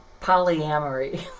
polyamory